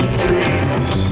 please